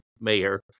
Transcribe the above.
mayor